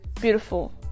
beautiful